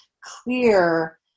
clear